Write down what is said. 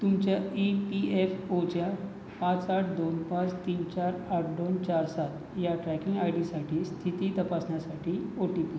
तुमच्या E P F ओच्या पाच आठ दोन पाच तीन चार आठ दोन चार सात या ट्रॅकिंग आय डीसाठी स्थिती तपासण्यासाठी ओ टी पी